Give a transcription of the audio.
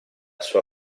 sua